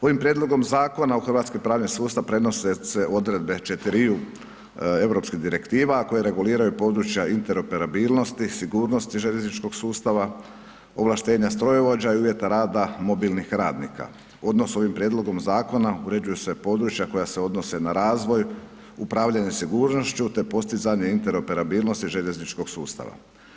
Ovim prijedlogom zakona u hrvatski pravni sustav prenose se odredbe četiriju europskih direktiva koje reguliraju područja interoperabilnosti, sigurnosti željezničkog sustava, ovlaštenja strojovođa i uvjeta rada mobilnih radnika, odnosno ovim prijedlogom zakona uređuju se područja koja se odnose na razvoj, upravljanje sigurnošću te postizanje interoperabilnosti željezničkog sustava.